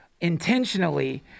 intentionally